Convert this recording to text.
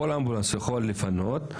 כל אמבולנס יכול לפנות,